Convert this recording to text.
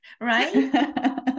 right